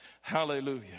Hallelujah